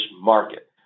market